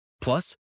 Plus